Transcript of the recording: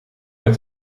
met